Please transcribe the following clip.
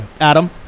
Adam